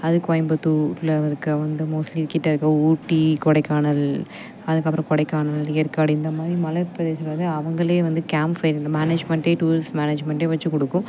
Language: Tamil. அது கோயம்புத்தூரில் இருக்க வந்து மோஸ்ட்லி கிட்டே இருக்க ஊட்டி கொடைக்கானல் அதுக்கப்புறம் கொடைக்கானல் ஏற்காடு இந்தமாதிரி மலைப்பிரதேசங்களை வந்து அவங்களே வந்து கேம்ப் ஃபீல்ட் இந்த மேனேஜ்மெண்ட்டே டூரிஸ்ட் மேனேஜ்மெண்ட்டே வெச்சு கொடுக்கும்